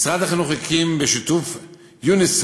משרד החינוך הקים, בשיתוף יוניסוף,